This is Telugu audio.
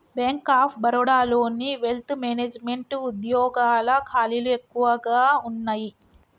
బ్యేంక్ ఆఫ్ బరోడాలోని వెల్త్ మేనెజమెంట్ వుద్యోగాల ఖాళీలు ఎక్కువగా వున్నయ్యి